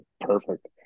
perfect